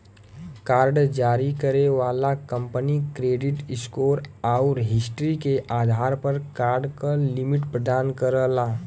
card जारी करे वाला कंपनी क्रेडिट स्कोर आउर हिस्ट्री के आधार पर कार्ड क लिमिट प्रदान करला